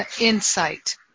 insight